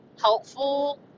helpful